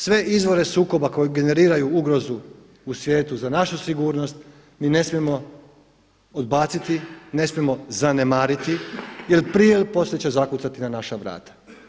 Sve izvore sukoba koji generiraju ugrozu u svijetu za našu sigurnost mi ne smijemo odbaciti, ne smijemo zanemariti jer prije ili poslije će zakucati na naša vrata.